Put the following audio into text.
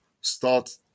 start